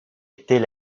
était